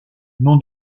nom